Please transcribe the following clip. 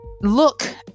look